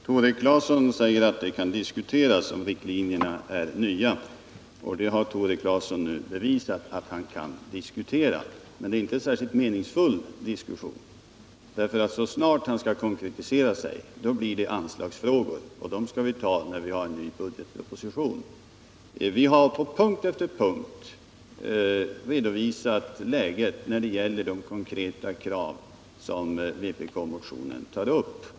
Herr talman! Tore Claeson säger att det kan diskuteras om riktlinjerna är nya. Det har Tore Claeson nu bevisat att han kan diskutera. Men det är inte någon särskilt meningsfull diskussion, därför att så snart han skall konkretisera sig handlar det om anslagsfrågor, och de frågorna skall vi ta upp när vi behandlar en ny budgetproposition. Utskottet har på punkt efter punkt redovisat läget när det gäller de konkreta krav som vpk-motionen tar upp.